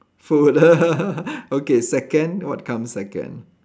food okay second what comes second